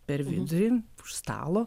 per vidurį už stalo